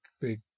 big